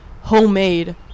homemade